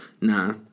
Nah